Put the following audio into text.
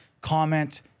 comment